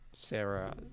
Sarah